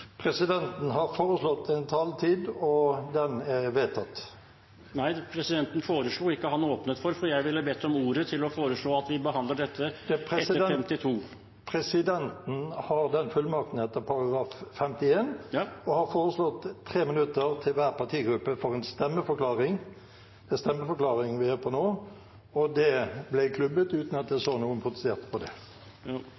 Presidenten har foreslått en taletid, og den er vedtatt. Nei, presidenten foreslo ikke, han åpnet for, for jeg ville bedt om ordet til å foreslå at vi behandler dette etter § 52. Presidenten har den fullmakten etter § 51 og har foreslått 3 minutter til hver partigruppe til en stemmeforklaring – det er stemmeforklaringen vi er på nå – og det ble klubbet uten at jeg så noen protestere mot det.